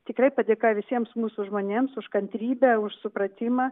tikrai padėka visiems mūsų žmonėms už kantrybę už supratimą